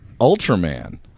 Ultraman